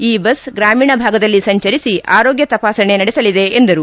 ಈ ಬಸ್ ಗ್ರಾಮೀಣ ಭಾಗದಲ್ಲಿ ಸಂಚರಿಸಿ ಆರೋಗ್ಯ ತಪಾಸಣೆ ನಡೆಸಲಿದೆ ಎಂದರು